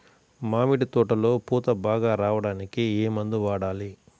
మామిడి తోటలో పూత బాగా రావడానికి ఏ మందు వాడాలి?